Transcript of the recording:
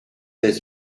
est